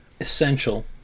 essential